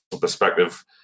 perspective